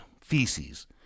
feces